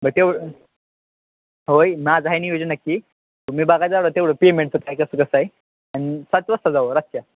बर तेवढ होय माझं आहे नियोजन नक्की तुम्ही बघा जावं तेवढं पेमेंटचं काय कसं कसं आहे आणि सात वाजता जाऊ रातच्या